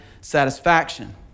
satisfaction